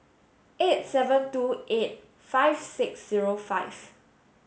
eight seven two eight five six zero five